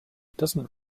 doesn’t